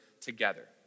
together